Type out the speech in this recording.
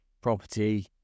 property